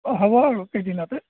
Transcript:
অঁ হ'ব আৰু কেইদিনতে